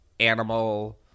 animal